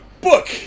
book